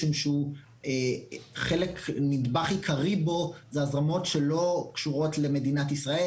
משום שנדבך עיקרי בו אלו הזרמות שלא קשורות למדינת ישראל,